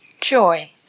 joy